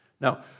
Now